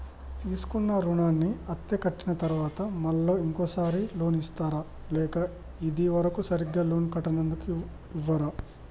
తీసుకున్న రుణాన్ని అత్తే కట్టిన తరువాత మళ్ళా ఇంకో సారి లోన్ ఇస్తారా లేక ఇది వరకు సరిగ్గా లోన్ కట్టనందుకు ఇవ్వరా?